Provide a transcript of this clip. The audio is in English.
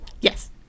Yes